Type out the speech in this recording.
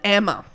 Emma